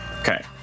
okay